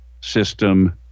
system